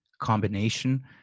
combination